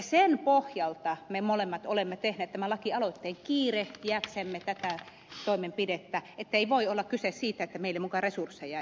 sen pohjalta me molemmat olemme tehneet nämä lakialoitteet kiirehtiäksemme tätä toimenpidettä ettei voi olla kyse siitä että meillä ei muka ole resursseja